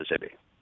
Mississippi